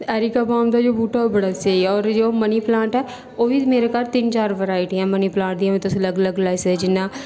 ते एरिकाबाम दा जेह्ड़ा बूह्टा ओह् बड़ा स्हेई ऐ होर जो मनी प्लांट ऐ ओह् बी मेरे घर तिन चार वैरायटियां मनी प्लांट दियां बी तुस अलग अलग लाई सकदे जियां